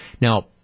Now